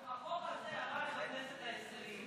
החוק הזה עבר בכנסת העשרים,